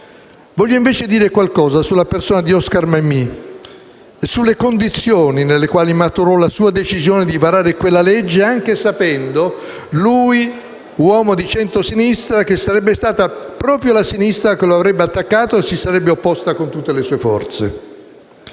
Voglio invece dire qualcosa sulla persona di Oscar Mammì e sulle condizioni nelle quali maturò la sua decisione di varare quella legge, anche sapendo, lui uomo di centrosinistra, che sarebbe stata proprio la sinistra che lo avrebbe attaccato e si sarebbe opposta con tutte le sue forze.